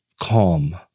calm